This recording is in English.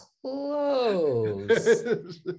close